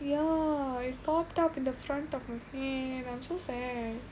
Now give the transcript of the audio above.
ya it popped up in the front of my hair I'm so sad